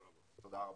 תודה רבה.